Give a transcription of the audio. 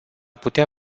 putea